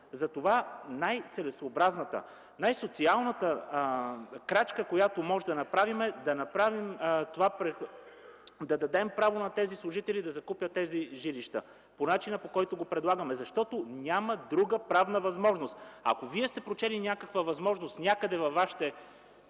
Затова най-целесъобразната, най-социалната крачка, която можем да направим, е да дадем право на тези служители да закупят жилищата по начина, по който го предлагаме. Защото няма друга правна възможност. Ако Вие сте прочели някаква възможност някъде във вашите